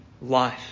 life